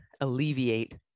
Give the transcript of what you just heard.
alleviate